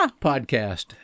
Podcast